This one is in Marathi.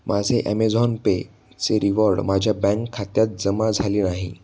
माझे ॲमेझॉन पे चे रिवॉर्ड माझ्या बँक खात्यात जमा झाले नाही